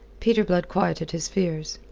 peter blood quieted his fears.